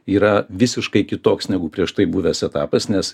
yra visiškai kitoks negu prieš tai buvęs etapas nes